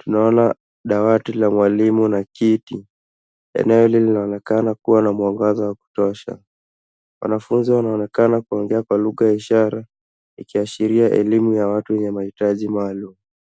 Tunaona dawati la mwalimu na kiti. Eneo hili linaonekana kuwa na mwangaza wa kutosha .Wanafunzi wanaonekana kuongea kwa lugha ya ishara ikiashiria elimu ya watu wenye mahitaji maalum.